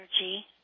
energy